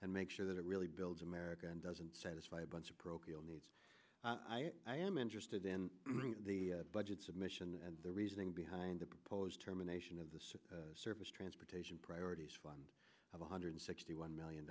and make sure that it really builds america and doesn't satisfy a bunch of procul needs i am interested in the budget submission and reasoning behind the proposed terminations of the surface transportation priorities fund one hundred sixty one million